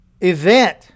event